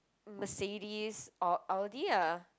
Mercedes or Audi ah